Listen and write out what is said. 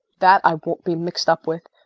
that i won't be mixed up with,